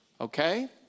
okay